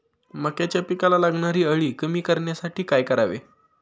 मक्याच्या पिकाला लागणारी अळी कमी करण्यासाठी काय करावे?